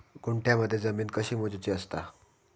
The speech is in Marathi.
गुंठयामध्ये जमीन कशी मोजूची असता?